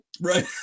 Right